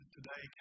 Today